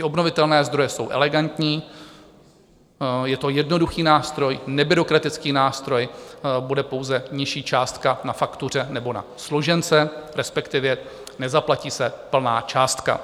Obnovitelné zdroje jsou elegantní, je to jednoduchý nástroj, nebyrokratický nástroj, bude pouze nižší částka na faktuře nebo na složence, respektive nezaplatí se plná částka.